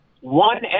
One